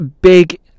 big